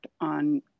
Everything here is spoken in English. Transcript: on